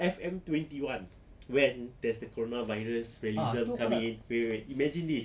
F_M twenty one when there's the corona virus realism coming in wait wait imagine this